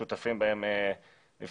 אותם אתרים שיש בהם זיהומי קרקע,